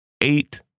eight